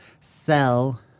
sell